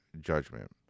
judgment